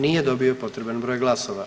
Nije dobio potreban broj glasova.